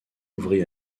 ouvrit